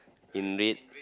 in red